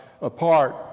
apart